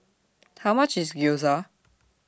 How much IS Gyoza